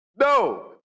No